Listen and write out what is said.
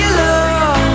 love